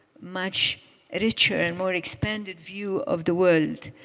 much richer, and more expanded view of the world.